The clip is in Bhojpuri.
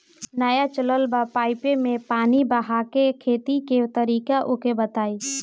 नया चलल बा पाईपे मै पानी बहाके खेती के तरीका ओके बताई?